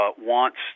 wants